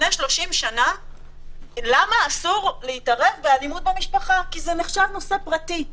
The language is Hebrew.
נכון לנו להיכנס לחיי המשפחה,